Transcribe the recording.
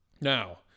Now